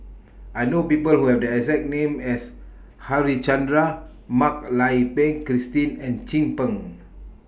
I know People Who Have The exact name as Harichandra Mak Lai Peng Christine and Chin Peng